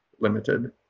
limited